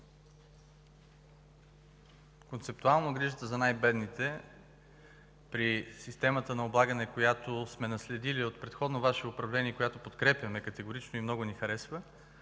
Концептуално грижата за най-бедните при системата на облагане, която сме наследили от предходно Ваше управление и която категорично подкрепяме и много ни харесва,